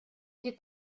die